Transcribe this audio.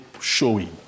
showing